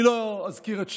אני לא אזכיר את שמם,